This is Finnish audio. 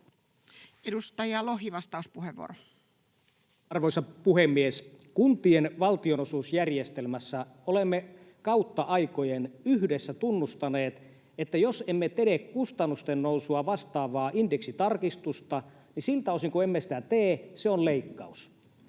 Time: 16:32 Content: Arvoisa puhemies! Kuntien valtionosuusjärjestelmässä olemme kautta aikojen yhdessä tunnustaneet, että jos emme tee kustannusten nousua vastaavaa indeksitarkistusta, niin siltä osin kuin emme sitä tee, se on leikkaus.